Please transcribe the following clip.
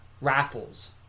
raffles